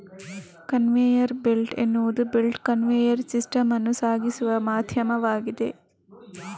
conveyor belt ಎನ್ನುವುದು belt conveyor system ಅನ್ನು ಸಾಗಿಸುವ ಮಾಧ್ಯಮವಾಗಿದೆ